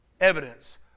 evidence